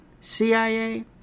CIA